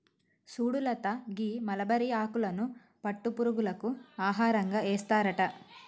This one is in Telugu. సుడు లత గీ మలబరి ఆకులను పట్టు పురుగులకు ఆహారంగా ఏస్తారట